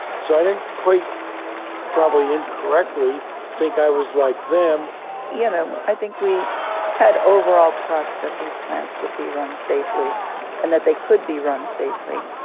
so i didn't quite probably incorrectly think i was like them you know, i think we had overall trust that these plants would be run safely and that they could be run safely.